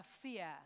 fear